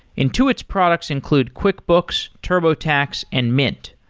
intuit's products include quickbooks, turbotax and mint.